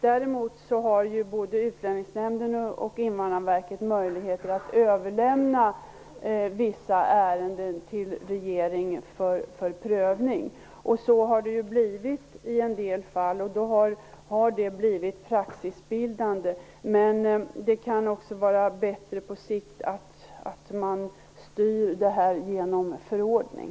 Däremot har både Utlänningsnämnden och Invandrarverket möjligheter att överlämna vissa ärenden till regeringen för prövning, vilket också har skett i en del fall. Detta har blivit praxisbildande. På sikt kan det vara bättre att detta styrs genom förordning.